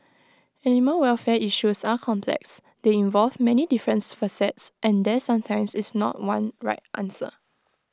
animal welfare issues are complex they involve many difference facets and there sometimes is not one right answer